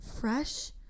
fresh